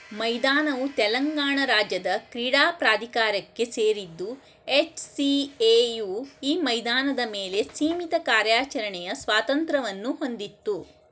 ಮೈದಾನವು ತೆಲಂಗಾಣ ರಾಜ್ಯದ ಕ್ರೀಡಾ ಪ್ರಾಧಿಕಾರಕ್ಕೆ ಸೇರಿದ್ದು ಎಚ್ ಸಿ ಎ ಯು ಈ ಮೈದಾನದ ಮೇಲೆ ಸೀಮಿತ ಕಾರ್ಯಾಚರಣೆಯ ಸ್ವಾತಂತ್ರವನ್ನು ಹೊಂದಿತ್ತು